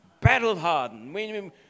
Battle-hardened